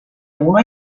uno